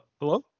Hello